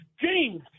James